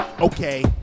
Okay